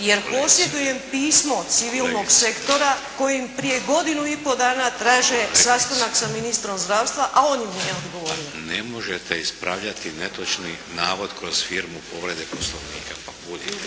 jer posjedujem pismo od civilnog sektora kojim prije godinu i po dana traže sastana sa ministrom zdravstva, a on im nije odgovorio. **Šeks, Vladimir (HDZ)** Ne možete ispravljati netočni navod kroz firmu povrede Poslovnika.